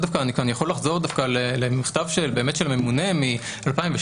כאן אני יכול לחזור למכתב של הממונה עוד מ-2016,